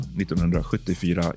1974